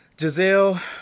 Giselle